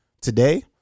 today